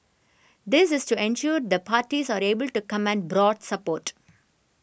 this is to ensure the parties are able to command broad support